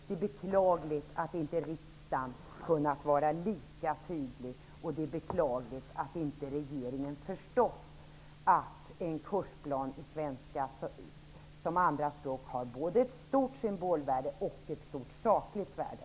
Det är beklagligt att riksdagen inte har kunnat vara lika tydlig, och det är beklagligt att regeringen inte har förstått att en kursplan i svenska som andra språk har både ett stort symbolvärde och ett stort sakligt värde.